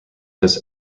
this